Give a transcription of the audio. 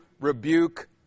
rebuke